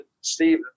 Steve